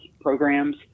programs